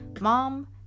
Mom